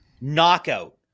knockout